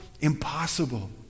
impossible